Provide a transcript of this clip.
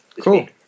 Cool